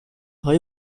های